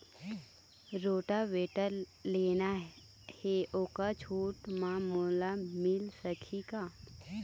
Rotavator लेना हे ओहर छूट म मोला मिल सकही का?